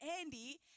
Andy